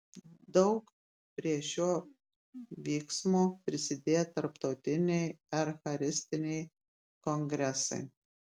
daug prie šio vyksmo prisidėjo tarptautiniai eucharistiniai kongresai